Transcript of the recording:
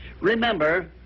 Remember